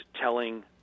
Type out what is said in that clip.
telling